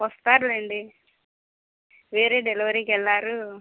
వస్తారులెండి వేరే డెలివరీకి వెళ్ళారు